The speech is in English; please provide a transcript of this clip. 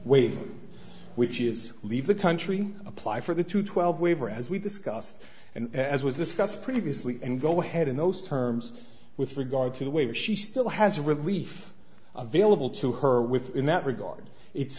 wave which is leave the country apply for the two twelve waiver as we've discussed and as was discussed previously and go ahead in those terms with regard to the way that she still has a relief available to her with in that regard it's